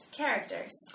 characters